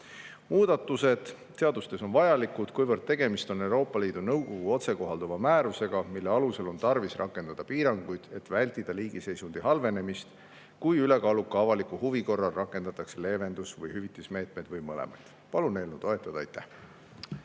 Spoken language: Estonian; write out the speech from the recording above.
hinnatud. Muudatused seadustes on vajalikud, kuna tegemist on Euroopa Liidu Nõukogu otsekohalduva määrusega, mille alusel on tarvis rakendada piiranguid, et vältida mõne liigi seisundi halvenemist, kui ülekaaluka avaliku huvi korral rakendatakse leevendus- või hüvitusmeetmeid või mõlemaid. Palun eelnõu toetada! Aitäh!